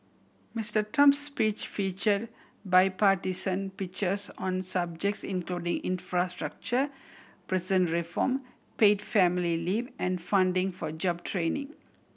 Mister Trump's speech feature bipartisan pitches on subjects including infrastructure prison reform paid family leave and funding for job training